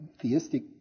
theistic